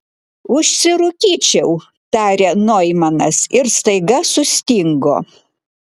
užsirūkyčiau tarė noimanas ir staiga sustingo